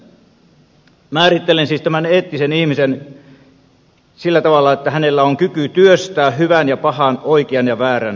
määrittelen siis tämän eettisen ihmisen sillä tavalla että hänellä on kyky työstää hyvän ja pahan oikean ja väärän kysymyksiä